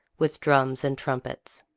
with drums and trumpets.